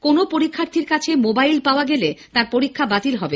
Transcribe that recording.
কোনো পরীক্ষার্থীর কাছে মোবাইল পাওয়া গেলে তার পরীক্ষা বাতিল হবে